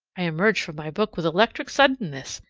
i emerged from my book with electric suddenness.